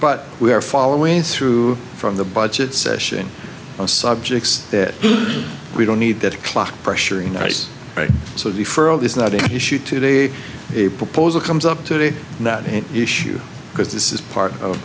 but we are following through from the budget session on subjects that we don't need that clock pressuring right so the fur is not an issue today a proposal comes up today not an issue because this is part of